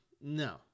No